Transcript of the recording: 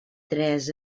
tres